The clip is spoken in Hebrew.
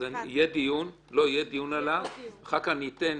יהיה עליו דיון, אחר כך ניתן